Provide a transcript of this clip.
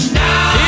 now